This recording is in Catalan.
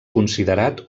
considerat